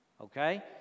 okay